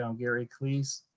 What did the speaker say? um gary klase.